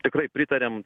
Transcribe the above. tikrai pritariam